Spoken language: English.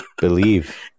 believe